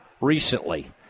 recently